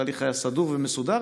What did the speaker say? התהליך היה סדור ומסודר,